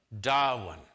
Darwin